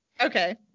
Okay